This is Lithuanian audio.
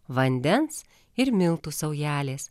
vandens ir miltų saujelės